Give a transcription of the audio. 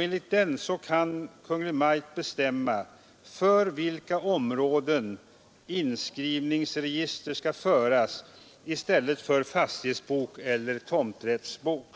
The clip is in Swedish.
Enligt den kan Kungl. Maj:t bestämma för vilka områden inskrivningsregister skall föras i stället för fastighetsbok eller tomträttsbok.